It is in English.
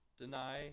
deny